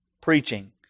preaching